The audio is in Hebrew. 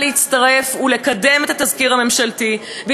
להצטרף ולקדם את תזכיר החוק הממשלתי,